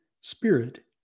spirit